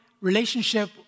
relationship